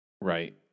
right